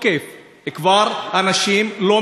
אנשים כבר לא מקבלים אותו.